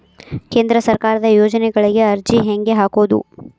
ಕೇಂದ್ರ ಸರ್ಕಾರದ ಯೋಜನೆಗಳಿಗೆ ಅರ್ಜಿ ಹೆಂಗೆ ಹಾಕೋದು?